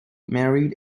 married